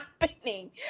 happening